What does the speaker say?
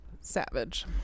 savage